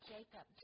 Jacob